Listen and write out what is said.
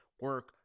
Work